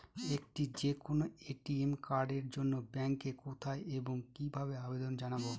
একটি যে কোনো এ.টি.এম কার্ডের জন্য ব্যাংকে কোথায় এবং কিভাবে আবেদন জানাব?